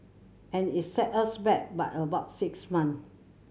and it set us back by about six month